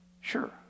Sure